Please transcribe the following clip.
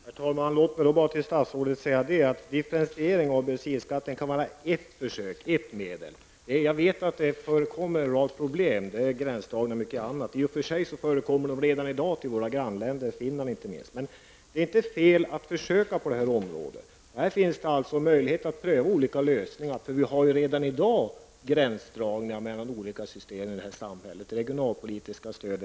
Herr talman! Låt mig bara säga till statsrådet att en differentiering av bensinskatten kan vara ett medel. Jag vet att det förekommer en rad problem vid gränsdragning och mycket annat. I och för sig föreligger det problem redan i dag när det gäller våra grannländer, inte minst beträffande Finland. Men det är inte fel att försöka på det här området. Det finns möjlighet att pröva olika lösningar. Redan i dag har vi ju gränsdragningar mellan olika system. Det gäller t.ex. regionalpolitiska stöd.